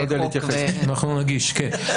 אנחנו נגיש, כן.